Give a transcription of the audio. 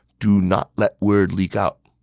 do not let word leak out.